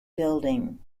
building